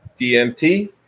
DMT